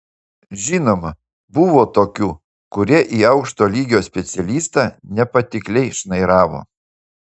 žinoma buvo tokių kurie į aukšto lygio specialistą nepatikliai šnairavo